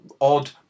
odd